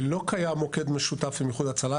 לא קיים מוקד משותף עם איחוד הצלה.